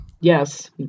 Yes